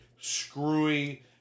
screwy